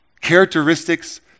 Characteristics